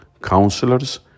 counselors